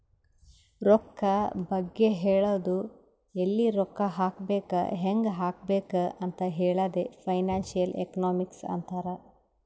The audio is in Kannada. ರೊಕ್ಕಾ ಬಗ್ಗೆ ಹೇಳದು ಎಲ್ಲಿ ರೊಕ್ಕಾ ಹಾಕಬೇಕ ಹ್ಯಾಂಗ್ ಹಾಕಬೇಕ್ ಅಂತ್ ಹೇಳದೆ ಫೈನಾನ್ಸಿಯಲ್ ಎಕನಾಮಿಕ್ಸ್ ಅಂತಾರ್